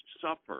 suffer